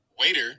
waiter